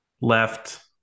left